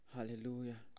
Hallelujah